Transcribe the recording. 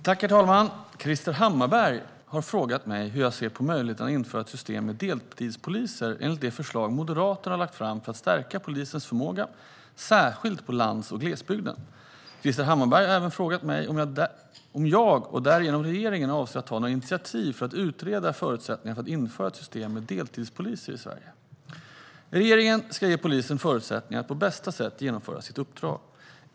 Herr talman! Krister Hammarbergh har frågat mig hur jag ser på möjligheten att införa ett system med deltidspoliser, enligt det förslag Moderaterna har lagt fram för att stärka polisens förmåga särskilt på landsbygden och i glesbygden. Krister Hammarbergh har även frågat om jag och därigenom regeringen avser att ta några initiativ för att utreda förutsättningarna för att införa ett system med deltidspoliser i Sverige. Regeringen ska ge polisen förutsättningar att på bästa sätt genomföra sitt uppdrag.